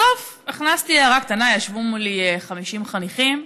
בסוף הכנסתי הערה קטנה ישבו מולי 50 חניכים,